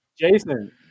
Jason